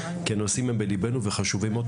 כי הנושאים הם בליבנו וחשובים מאוד.